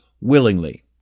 willingly